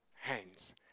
hands